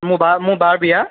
মোৰ বা মোৰ বাৰ বিয়া